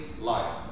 life